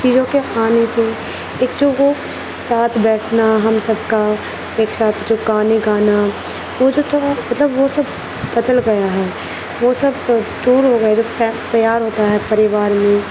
چیزوں کے آنے سے ایک جو وہ ساتھ بیٹھنا ہم سب کا ایک ساتھ جو گانے گانا وہ جو تھا مطلب وہ سب بدل گیا ہے وہ سب دور ہو گیا ہے جو فیکٹ تیار ہوتا ہے پریوار میں